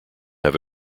have